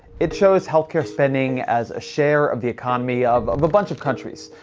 it shows health care spending as a share of the economy of of a bunch of countries.